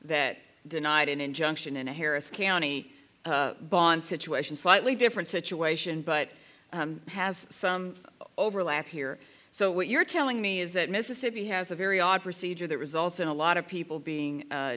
that denied an injunction in a harris county bond situation slightly different situation but has some overlap here so what you're telling me is that mississippi has a very odd procedure that results in a lot of people being